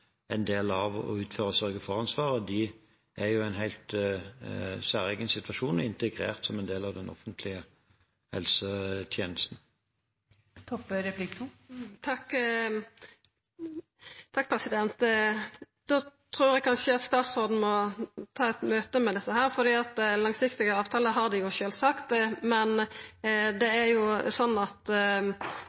en del av å utføre sørge-for-ansvaret, er i en helt særegen situasjon og integrert som en del av den offentlige helsetjenesten. Da trur eg kanskje statsråden må ta eit møte med desse, for langsiktige avtaler har dei sjølvsagt, men samarbeidet er basert på årlege oppdragsbrev som vert skrivne etter at